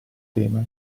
tema